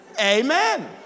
Amen